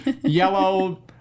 yellow